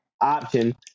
option